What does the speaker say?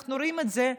אנחנו רואים את זה.